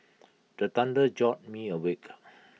the thunder jolt me awake